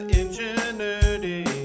ingenuity